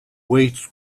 wait